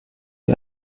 sie